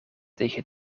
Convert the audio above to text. tegen